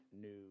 new